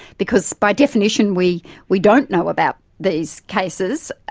because by definition we we don't know about these cases,